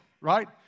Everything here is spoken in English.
right